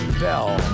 bell